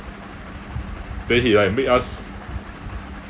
then he like make us